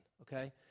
okay